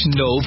no